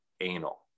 anal